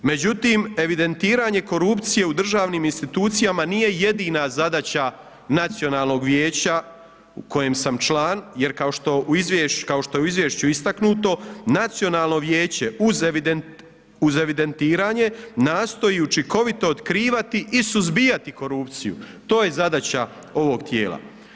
Međutim evidentiranje korupcije u državnim institucijama nije jedina zadaća Nacionalnog vijeća kojem sam član jer kao što je u izvješću istaknuto, Nacionalno vijeće uz evidentiranje, nastoji učinkovito otkrivati i suzbijati korupciju, to je zadaća ovog tijela.